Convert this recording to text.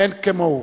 אין כמוהו.